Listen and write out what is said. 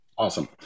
Awesome